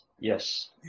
yes